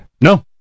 No